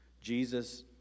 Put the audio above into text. Jesus